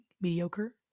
mediocre